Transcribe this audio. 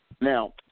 Now